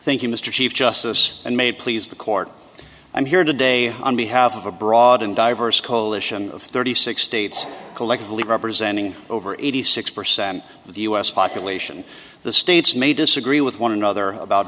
you mr chief justice and may please the court i'm here today on behalf of a broad and diverse coalition of thirty six states collectively representing over eighty six percent of the u s population the states may disagree with one another about